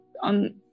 on